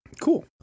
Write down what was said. Cool